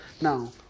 Now